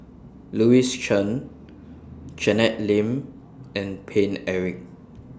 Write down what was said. Louis Chen Janet Lim and Paine Eric